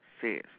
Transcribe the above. says